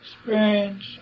experience